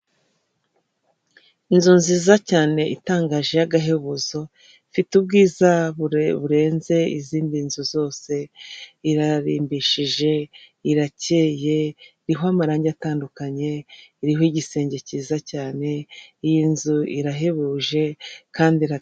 Inzu nziza cyane itangaje y'agahebuzo ifite ubwizabure burenze izindi nzu zose, irarimbishije, irakeye iho amarangi atandukanye, iriho igisenge cyiza cyane, iyi nzu irahebuje, kandi ira.